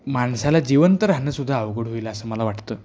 माणसाला जिवंत राहणंसुद्धा अवघड होईल असं मला वाटतं